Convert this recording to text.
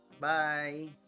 Bye